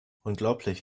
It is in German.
unglaublich